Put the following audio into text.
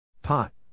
Pot